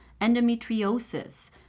endometriosis